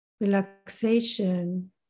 Relaxation